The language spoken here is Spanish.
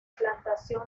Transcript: implantación